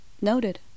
Noted